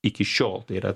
iki šiol tai yra